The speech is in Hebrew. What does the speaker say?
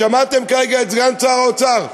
שמעתם כרגע את סגן שר האוצר.